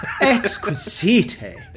Exquisite